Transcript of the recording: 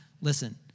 listen